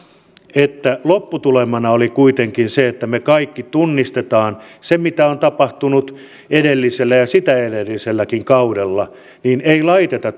että lopputulemana oli kuitenkin se että me kaikki tunnistamme sen mitä on tapahtunut edellisellä ja sitä edelliselläkin kaudella ja ei laiteta